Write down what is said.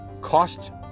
cost